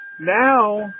now